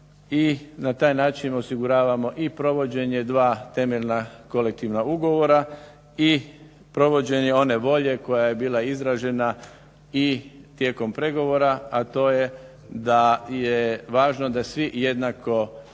na taj način osiguravamo i provođenje dva temeljna kolektivna ugovora i provođenje one volje koja je bila izražena i tijekom pregovora, a to je da je važno da svi jednako